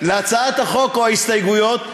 להצעת החוק אין הסתייגויות,